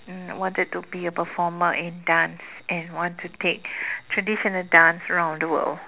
um wanted to be a performer in dance and want to take traditional dance around the world